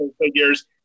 figures